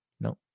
no